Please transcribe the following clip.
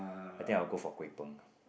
I think I'll go for kuay png